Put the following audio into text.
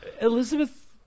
Elizabeth